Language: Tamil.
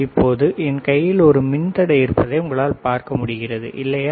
இப்போது என் கையில் ஒரு மின்தடை இருப்பதை உங்களால் பார்க்க முடிகிறது இல்லையா